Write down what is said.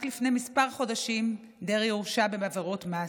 רק לפני כמה חודשים דרעי הורשע בעבירות מס,